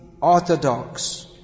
orthodox